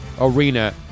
Arena